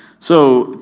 so,